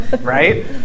Right